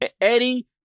Eddie